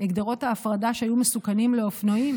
ההפרדה שהיו מסוכנות לאופנועים,